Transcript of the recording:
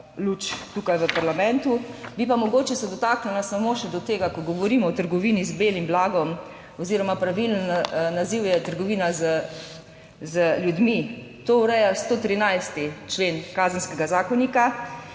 luč tukaj v parlamentu. Bi pa mogoče se dotaknila samo še do tega, ko govorimo o trgovini z belim blagom oziroma pravilen naziv je trgovina z ljudmi. To ureja 113. člen Kazenskega zakonika,